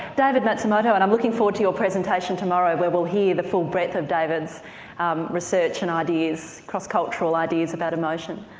david matsumoto and i'm looking forward to your presentation tomorrow where we'll hear the full breadth of david's um research and ideas, cross-cultural ideas about emotion.